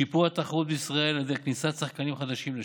שיפור התחרות בישראל על ידי כניסת שחקנים חדשים לשוק,